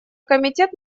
комитет